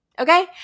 Okay